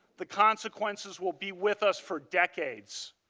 the consequences will be with us for decades.